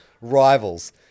rivals